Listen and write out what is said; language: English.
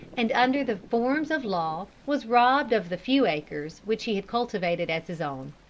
and under the forms of law was robbed of the few acres which he had cultivated as his own.